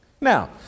Now